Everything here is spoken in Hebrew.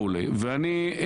וכולי.